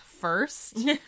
first